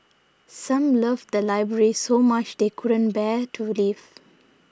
some love the library so much they couldn't bear to leave